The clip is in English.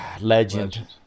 Legend